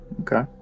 Okay